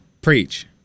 Preach